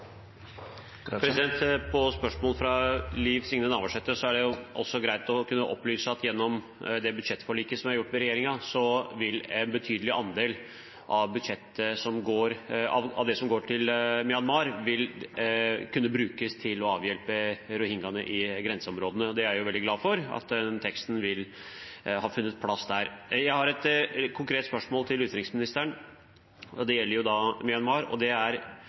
fra Liv Signe Navarsete er det også greit å kunne opplyse om at gjennom det budsjettforliket som er gjort med regjeringen, vil en betydelig andel av det som går til Myanmar i budsjettet, kunne brukes til å avhjelpe rohingyaene i grenseområdene. Jeg er veldig glad for at den teksten har funnet plass der. Jeg har et konkret spørsmål til utenriksministeren, og det gjelder